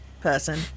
person